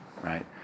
right